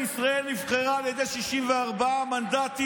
ממשלת ישראל נבחרה על ידי 64 מנדטים,